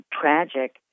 Tragic